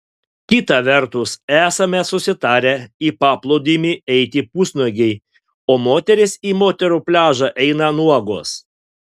kita vertus esame susitarę į paplūdimį eiti pusnuogiai o moterys į moterų pliažą eina nuogos